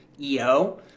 EO